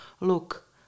Look